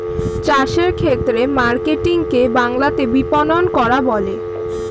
চাষের ক্ষেত্রে মার্কেটিং কে বাংলাতে বিপণন করা বলে